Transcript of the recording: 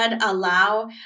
allow